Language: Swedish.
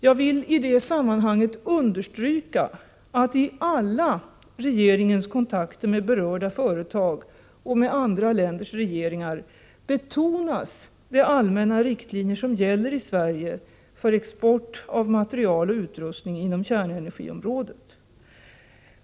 Jag vill i det sammanhanget understryka att i alla regeringens kontakter med berörda företag och med andra länders regeringar betonas de allmänna riktlinjer som gäller i Sverige för export av material och utrustning inom kärnenergiområdet.